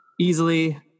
easily